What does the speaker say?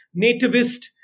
nativist